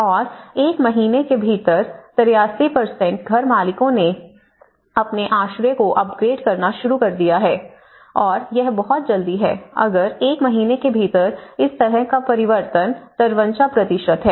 और एक महीने के भीतर 53 घर मालिकों ने अपने आश्रयों को अपग्रेड करना शुरू कर दिया है और यह बहुत जल्दी है अगर एक महीने के भीतर इस तरह का परिवर्तन 53 है